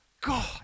God